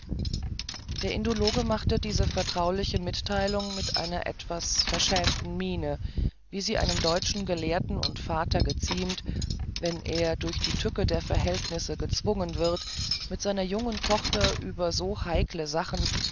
der indologe machte diese vertrauliche mitteilung mit einer etwas verschämten miene wie sie einem deutschen gelehrten und vater geziemt wenn er durch die tücke der verhältnisse gezwungen wird mit seiner jungen tochter über so heikle sachen